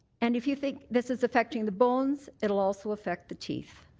and if you think this is affecting the bones, it will also affect the teeth.